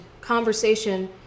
conversation